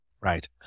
right